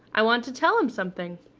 i want to tell him something.